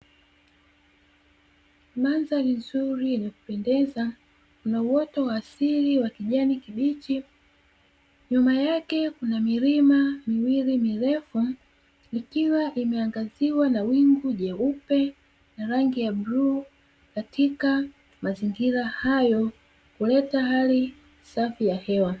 Mandhari nzuri yenye kupendeza yenye uwoto wa asili wa kijani kibichi, nyuma yake kuna milima miwili mirefu ikiwa imeangaziwa na wingu jeupe na rangi ya bluu katika mazingira hayo huleta hali safi ya hewa.